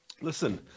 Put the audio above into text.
Listen